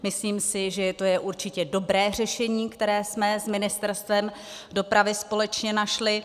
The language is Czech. Myslím si, že to je určitě dobré řešení, které jsme s Ministerstvem dopravy společně našli.